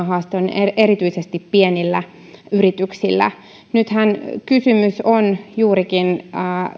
haaste on erityisesti pienillä yrityksillä nythän kysymys on juurikin